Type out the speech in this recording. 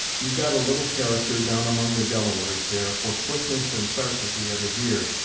you've got a little character, down among the delawares, there, for quickness and sartainty, at a deer,